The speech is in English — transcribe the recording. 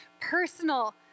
personal